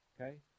Okay